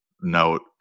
note